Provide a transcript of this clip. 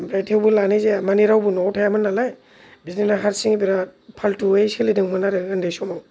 आमफ्राय थेवबो लानाय जाया मानि रावबो न'आव थायामोन नालाय बिदिनो हारसिङै बिराथ फाल्थुयै सोलिदोंमोन आरो उन्दै समाव